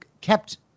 kept